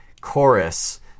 chorus